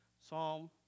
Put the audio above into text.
Psalm